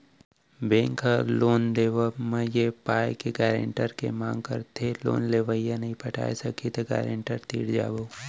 bank ह loan देवब म ए पाय के गारेंटर के मांग करथे लोन लेवइया नइ पटाय सकही त गारेंटर तीर जाबो